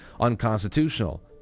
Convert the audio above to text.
Unconstitutional